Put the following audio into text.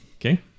Okay